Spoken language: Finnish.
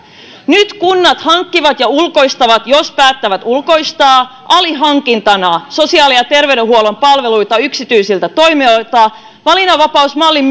nyt kunnat hankkivat ja ulkoistavat jos päättävät ulkoistaa alihankintana sosiaali ja terveydenhuollon palveluita yksityisiltä toimijoilta valinnanvapausmallin